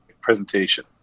presentation